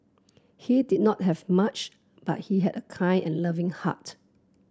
he did not have much but he had a kind and loving heart